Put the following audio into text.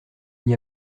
n’y